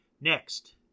Next